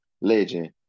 Legend